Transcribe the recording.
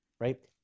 right